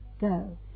go